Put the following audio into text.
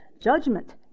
judgment